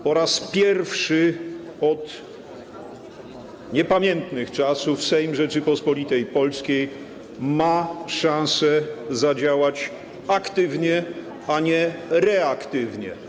Po raz pierwszy od niepamiętnych czasów Sejm Rzeczypospolitej Polskiej ma szansę zadziałać aktywnie, a nie reaktywnie.